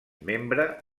membre